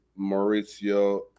Mauricio